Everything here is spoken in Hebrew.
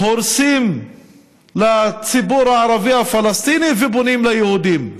הורסים לציבור הערבי הפלסטיני ובונים ליהודים,